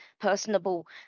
personable